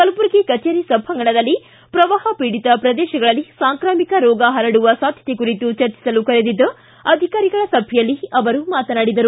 ಕಲಬುರಗಿ ಕಚೇರಿ ಸಭಾಂಗಣದಲ್ಲಿ ಪ್ರವಾಪ ಪೀಡಿತ ಪ್ರದೇಶಗಳಲ್ಲಿ ಸಾಂಕಾಮಿಕ ರೋಗ ಪರಡುವ ಸಾಧ್ಯತೆ ಕುರಿತು ಚರ್ಚಿಸಲು ಕರೆದಿದ್ದ ಅಧಿಕಾರಿಗಳ ಸಭೆಯಲ್ಲಿ ಆವರು ಮಾತನಾಡಿದರು